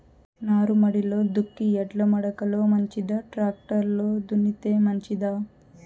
నారుమడిలో దుక్కి ఎడ్ల మడక లో మంచిదా, టాక్టర్ లో దున్నితే మంచిదా?